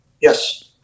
Yes